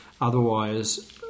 otherwise